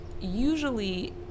usually